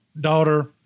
daughter